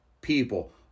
people